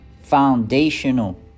foundational